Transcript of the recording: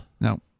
No